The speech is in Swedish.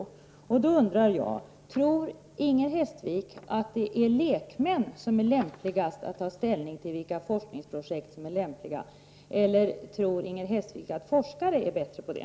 Då undrar jag: Tror Inger Hestvik att det är lekmän som är bäst på att ta ställning till vilka forskningsprojekt som är lämpliga eller tror hon på att forskare är bättre på det?